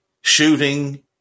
shooting